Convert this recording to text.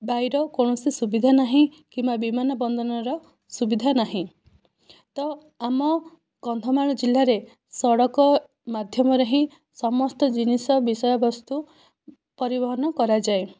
ବାଇର କୌଣସି ସୁବିଧା ନାହିଁ କିମ୍ବା ବିମାନ ବନ୍ଦରର ସୁବିଧା ନାହିଁ ତ ଆମ କନ୍ଧମାଳ ଜିଲ୍ଲାରେ ସଡ଼କ ମାଧ୍ୟମରେ ହିଁ ସମସ୍ତ ଜିନିଷ ବିଷୟବସ୍ତୁ ପରିବହନ କରାଯାଏ